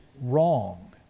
wrong